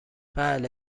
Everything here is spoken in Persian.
بله